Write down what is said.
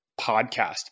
podcast